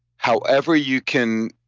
however you can.